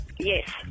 Yes